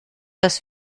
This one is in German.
das